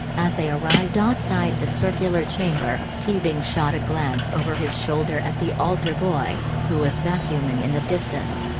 as they arrived outside the circular chamber, teabing shot a glance over his shoulder at the altar boy, who was vacuuming in the distance.